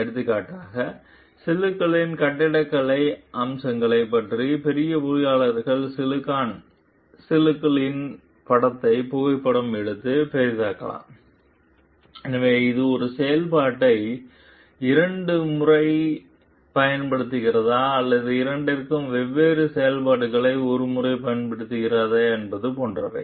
எடுத்துக்காட்டாக சில்லுகளின் கட்டடக்கலை அம்சங்களைப் பற்றி அறிய பொறியாளர்கள் சிலிக்கான் சில்லுகளின் படத்தை புகைப்படம் எடுத்து பெரிதாக்கலாம் எனவே இது 1 செயல்பாட்டை இரண்டு முறை பயன்படுத்துகிறதா அல்லது இரண்டிற்கும் வெவ்வேறு செயல்பாடுகளை ஒரு முறை பயன்படுத்துகிறதா என்பது போன்றவை